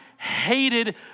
hated